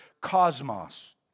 cosmos